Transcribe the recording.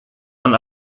man